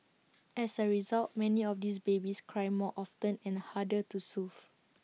as A result many of these babies cry more often and harder to soothe